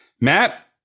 matt